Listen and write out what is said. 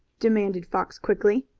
demanded fox quickly.